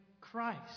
Christ